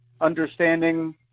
understanding